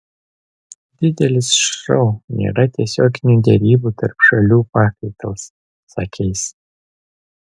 didelis šou nėra tiesioginių derybų tarp šalių pakaitalas sakė jis